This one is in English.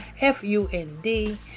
F-U-N-D